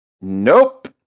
Nope